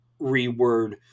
reword